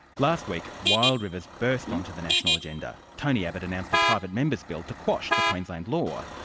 last week wild rivers burst on to the national agenda. tony abbott announced a private members bill to quash the queensland law.